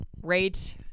rate